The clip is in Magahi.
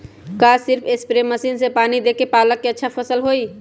का सिर्फ सप्रे मशीन से पानी देके पालक के अच्छा फसल होई?